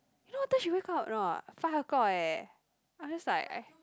you know what time she wake up or not five o-clock eh I'm just like I